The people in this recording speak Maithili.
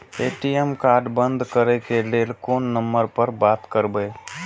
ए.टी.एम कार्ड बंद करे के लेल कोन नंबर पर बात करबे?